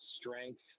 strength